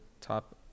top